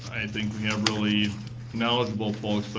i think we have really knowledgeable folks.